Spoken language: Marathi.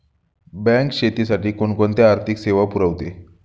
बँक शेतीसाठी कोणकोणत्या आर्थिक सेवा पुरवते?